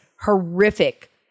horrific